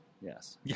Yes